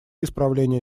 исправления